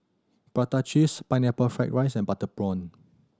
prata cheese Pineapple Fried rice and butter prawn